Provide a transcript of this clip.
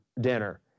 dinner